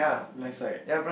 lightside